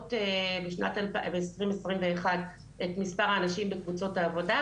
להעלות בשנת 2021 את מספר האנשים בקבוצות העבודה,